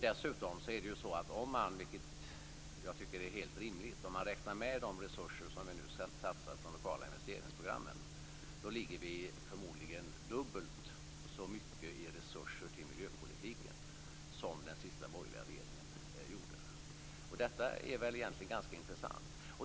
Dessutom är det ju så att om man, vilket jag tycker är helt rimligt, räknar med de resurser som vi nu satsar på de lokala investeringsprogrammen, ligger resurserna till miljöpolitiken förmodligen dubbelt så högt som den senaste borgerliga regeringens resurser gjorde. Detta är egentligen ganska intressanta.